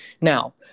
Now